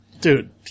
Dude